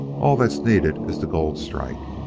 all that's needed is the gold-strike.